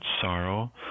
sorrow